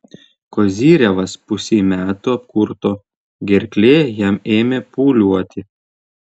kozyrevas pusei metų apkurto gerklė jam ėmė pūliuoti